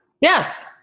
yes